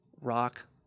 rock